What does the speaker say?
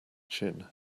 chin